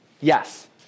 Yes